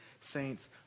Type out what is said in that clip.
saints